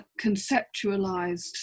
conceptualized